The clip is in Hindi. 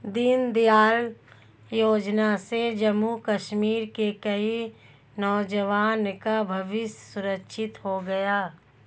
दीनदयाल योजना से जम्मू कश्मीर के कई नौजवान का भविष्य सुरक्षित हो गया